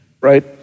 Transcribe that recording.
right